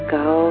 go